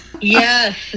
Yes